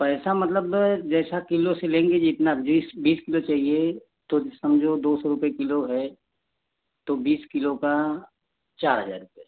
पैसा मतलब जैसा किलो से लेंगे जितना बीस बीस किलो चाहिए तो समझो दो सौ रुपये किलो है तो बीस किलो का चार हज़ार रुपये